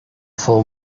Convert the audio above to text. full